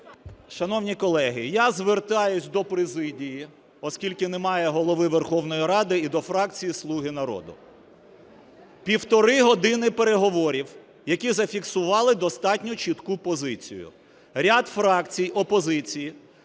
Шановні колеги, я звертаюсь до президії, оскільки немає Голови Верховної Ради, і до фракції "Слуга народу". Півтори години переговорів, які зафіксували достатньо чітку позицію, ряд фракцій опозиції